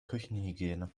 küchenhygiene